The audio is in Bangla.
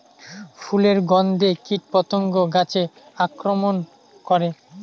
ফুলের গণ্ধে কীটপতঙ্গ গাছে আক্রমণ করে?